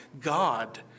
God